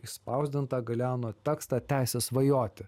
išspausdintą galeano tekstą teisė svajoti